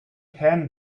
can